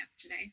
today